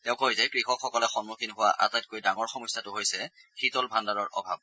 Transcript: তেওঁ কয় যে কৃষকসকলে সন্মুখীন হোৱা আটাইতকৈ ডাঙৰ সমস্যাটো হৈছে শীতল ভাণ্ডাৰৰ অভাৱ